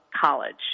college